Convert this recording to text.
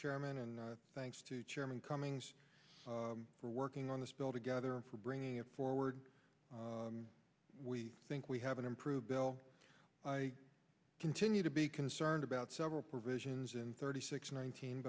chairman and thanks to chairman cummings for working on this bill together and for bringing it forward we think we have an improved bill i continue to be concerned about several provisions in thirty six nineteen